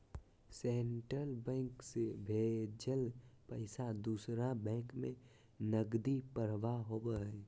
central bank से भेजल पैसा दूसर बैंक में नकदी प्रवाह होबो हइ